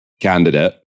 candidate